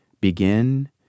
begin